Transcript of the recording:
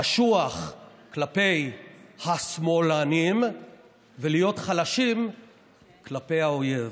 קשוח כלפי השמאלנים ולהיות חלשים כלפי האויב,